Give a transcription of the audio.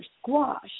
squash